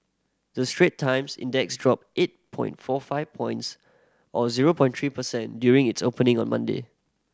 the Straits Times Index dropped eight point four five points or zero point three per cent during its opening on Monday